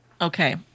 Okay